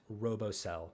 RoboCell